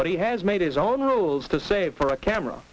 but he has made his own rules to save for a camera